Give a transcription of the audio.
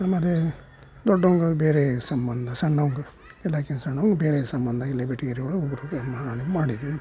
ಆಮೇಲೆ ದೊಡ್ಡವನ್ಗೆ ಬೇರೆ ಸಂಬಂಧ ಸಣ್ಣವನ್ಗೆ ಎಲ್ಲಕ್ಕಿಂತ ಸಣ್ಣವ ಬೇರೆ ಸಂಬಂಧ ಇಲ್ಲೇ ಬೆಟಗೇರಿ ಒಳಗೆ ಒಬ್ರುಗೆ ನಾವೇ ಮಾಡಿದ್ವಿ